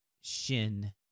Shin